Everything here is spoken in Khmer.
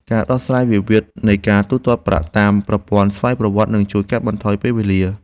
ការដោះស្រាយវិវាទនៃការទូទាត់ប្រាក់តាមប្រព័ន្ធស្វ័យប្រវត្តិ នឹងជួយកាត់បន្ថយពេលវេលា។